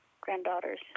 granddaughters